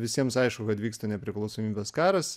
visiems aišku kad vyksta nepriklausomybės karas